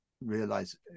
realize